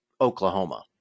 Oklahoma